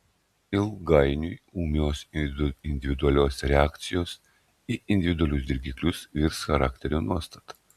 ilgainiui ūmios individualios reakcijos į individualius dirgiklius virs charakterio nuostata